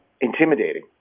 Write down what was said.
intimidating